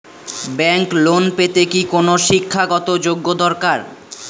Bank loan পেতে কি কোনো শিক্ষা গত যোগ্য দরকার?